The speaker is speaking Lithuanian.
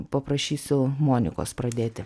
paprašysiu monikos pradėti